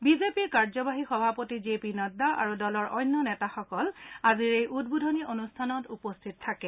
বিজেপিৰ কাৰ্যবাহী সভাপতি জে পি নাড্ডা আৰু দলৰ অন্য নেতাসকল আজিৰ এই উদ্বোধনী অনুষ্ঠানত উপস্থিত থাকে